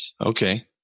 okay